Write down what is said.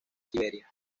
siberia